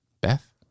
Beth